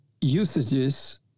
usages